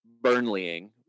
Burnleying